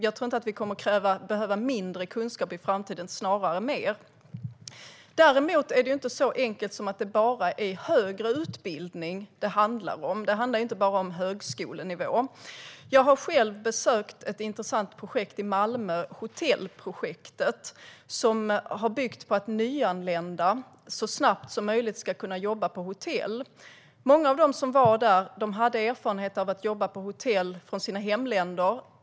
Jag tror inte att vi kommer att behöva mindre kunskap i framtiden - snarare mer. Däremot är det inte så enkelt som att det bara handlar om högre utbildning. Det handlar inte bara om högskolenivå. Jag har själv besökt ett intressant projekt i Malmö, nämligen hotellprojektet. Det har byggt på att nyanlända så snabbt som möjligt ska kunna jobba på hotell. Många av dem som var med i projektet hade erfarenhet av att jobba på hotell i sina hemländer.